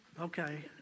Okay